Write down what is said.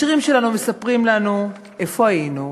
השירים שלנו מספרים לנו איפה היינו,